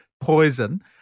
poison